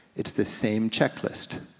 it's the same checklist.